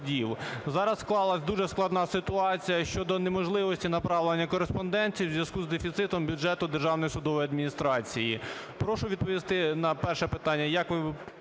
Зараз склалася дуже складна ситуація щодо неможливості направлення кореспондентів в зв'язку з дефіцитом бюджету Державної судової адміністрації. Прошу відповісти на перше питання,